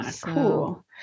cool